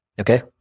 okay